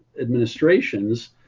administrations